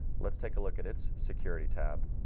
let's take a look at its security tab